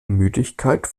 müdigkeit